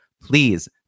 Please